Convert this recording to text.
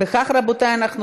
התרבות והספורט נתקבלה.